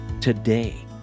today